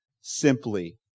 simply